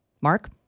Mark